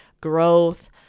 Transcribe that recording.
growth